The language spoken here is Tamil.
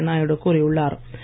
வெங்கையா நாயுடு கூறியுள்ளார்